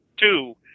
two